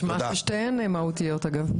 אגב, נשמע ששתיהן מהותיות.